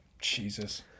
Jesus